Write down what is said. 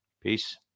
peace